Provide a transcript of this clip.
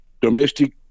Domestic